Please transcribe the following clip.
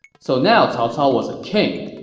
so now cao cao was a king,